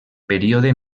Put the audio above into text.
període